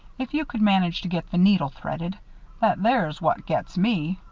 if you could manage to get the needle threaded that there's what gets me.